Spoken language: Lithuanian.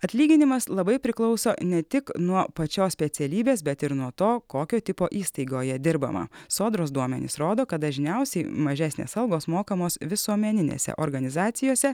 atlyginimas labai priklauso ne tik nuo pačios specialybės bet ir nuo to kokio tipo įstaigoje dirbama sodros duomenys rodo kad dažniausiai mažesnės algos mokamos visuomeninėse organizacijose